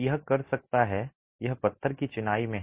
यह कर सकता है यह पत्थर की चिनाई में है